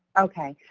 okay.